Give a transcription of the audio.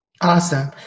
Awesome